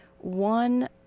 one